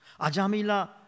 Ajamila